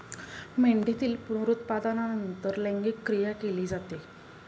मेंढीतील पुनरुत्पादनानंतर लैंगिक क्रिया केली जाते